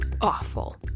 awful